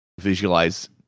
visualize